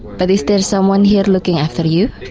but is there someone here looking after you.